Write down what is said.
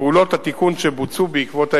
פעולות התיקון שבוצעו בעקבות האירוע.